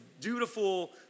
dutiful